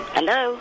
Hello